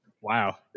wow